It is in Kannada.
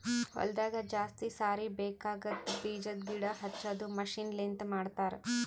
ಹೊಲದಾಗ ಜಾಸ್ತಿ ಸಾರಿ ಬೇಕಾಗದ್ ಬೀಜದ್ ಗಿಡ ಹಚ್ಚದು ಮಷೀನ್ ಲಿಂತ ಮಾಡತರ್